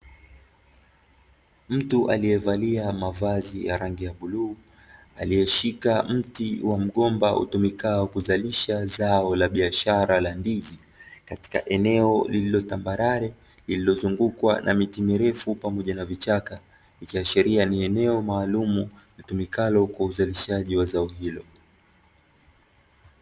Mtu aliyevalia mavazi ya rangi ya bluu, aliyeshika mti wa mgomba utumikao kuzalisha zao la biashara la ndizi, katika eneo lililo tambarare lililozungukwa na miti mirefu pamoja na vichaka, ikiashiria ni eneo maalumu litumikalo kwa uzalishaji wa zao hilo.